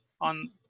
on